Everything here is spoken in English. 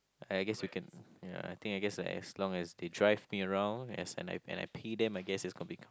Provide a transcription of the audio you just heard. I guess you can ya I think I guess like as long as they drive me around as and I and I pay them I guess it's